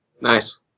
Nice